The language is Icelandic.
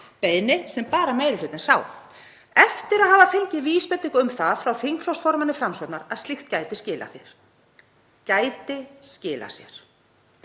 beiðni sem bara meiri hlutinn sá eftir að hafa fengið vísbendingar um það frá þingflokksformanni Framsóknar að slíkt gæti skilað sér — gæti skilað sér.